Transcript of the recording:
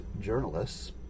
journalists